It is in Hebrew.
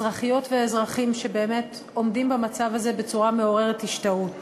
אזרחיות ואזרחים שעומדים במצב הזה בצורה מעוררת השתאות.